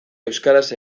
euskaraz